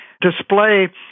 display